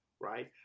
right